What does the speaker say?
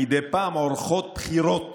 מדי פעם עורכות בחירות